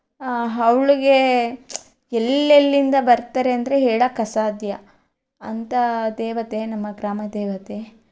ಅವಳಿಗೆ ಎಲ್ಲೆಲ್ಲಿಂದ ಬರ್ತಾರೆ ಅಂದರೆ ಹೇಳೋಕ್ಕೆ ಅಸಾಧ್ಯ ಅಂತ ದೇವತೆ ನಮ್ಮ ಗ್ರಾಮ ದೇವತೆ